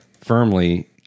firmly